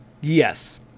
Yes